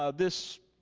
ah this